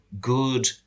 good